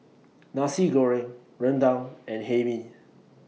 Nasi Goreng Rendang and Hae Mee